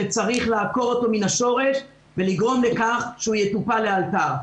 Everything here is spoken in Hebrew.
שצריך לעקור אותו מן השורש ולגרום לכך שהוא יטופל לאלתר.